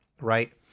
Right